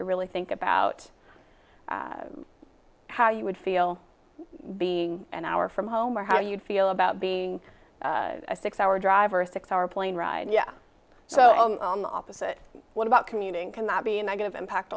to really think about how you would feel being an hour from home or how you'd feel about being a six hour drive or thinks hour plane ride yeah so on the opposite what about commuting cannot be a negative impact